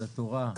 על התורה,